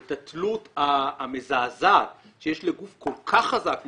את התלות המזעזעת שיש לגוף כל כך חזק,